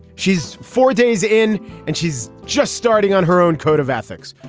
she's four days in and she's just starting on her own code of ethics.